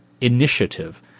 initiative